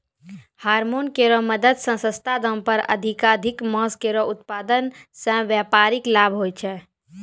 hormone केरो मदद सें सस्ता दाम पर अधिकाधिक मांस केरो उत्पादन सें व्यापारिक लाभ होय छै